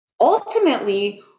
Ultimately